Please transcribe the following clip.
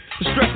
Stress